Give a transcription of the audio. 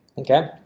okay,